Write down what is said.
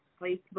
Facebook